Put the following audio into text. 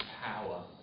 power